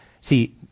See